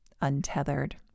untethered